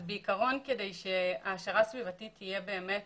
בעיקרון, כדי שההעשרה הסביבתית באמת